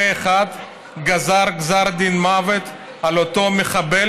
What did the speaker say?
פה אחד גזר גזר דין מוות על אותו מחבל